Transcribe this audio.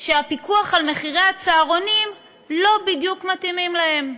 שהפיקוח על מחירי הצהרונים לא בדיוק מתאים להם.